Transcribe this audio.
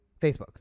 Facebook